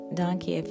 donkey